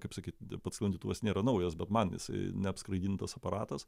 kaip sakyt pats sklandytuvas nėra naujas bet man jisai neapskraidintas aparatas